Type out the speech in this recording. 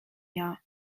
jahr